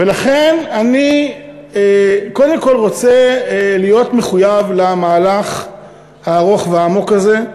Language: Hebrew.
ולכן אני קודם כול רוצה להיות מחויב למהלך הארוך והעמוק הזה,